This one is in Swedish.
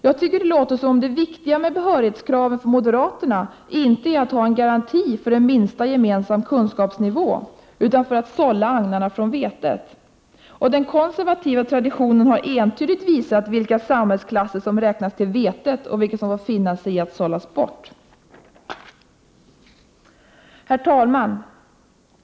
Jag tycker att det låter som om det viktiga med behörighetskraven för moderaterna inte är att ha en garanti för en minsta gemensam kunskapsnivå utan att sålla agnarna från vetet. Och den konservativa traditionen har entydigt visat vilka samhällsklasser som räknas till vetet och vilka som får finna sig i att sållas bort. Herr talman!